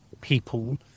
people